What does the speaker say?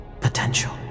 Potential